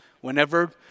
whenever